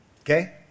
Okay